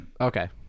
Okay